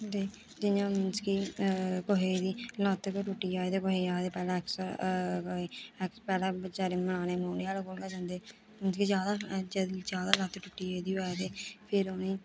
जियां मींस कि कोहे दी लत्त गै टुट्टी जाए ते कुसै गी आखदे पैह्लें ऐक्सरा पैहलें बचैरे मलाने मुलाने आह्ले कोल गै जंदे उत्थै जैदा लत्त टुट्टी गेदी होए ते फिर उ'नेंगी